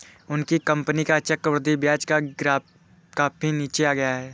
उनकी कंपनी का चक्रवृद्धि ब्याज का ग्राफ काफी नीचे आ गया है